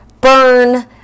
burn